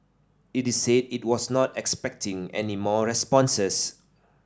it is said it was not expecting any more responses